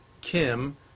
Kim